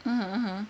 (uh huh) !huh!